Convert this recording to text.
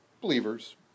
believers